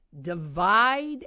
Divide